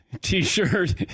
T-shirt